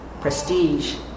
prestige